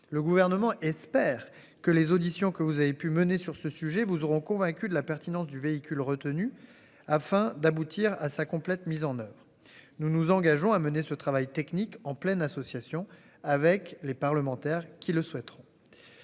Le gouvernement espère que les auditions que vous avez pu mener sur ce sujet vous auront convaincus de la pertinence du véhicule retenue afin d'aboutir à sa complète mise en oeuvre. Nous nous engageons à mener ce travail technique en pleine association avec les parlementaires qui le souhaiteront.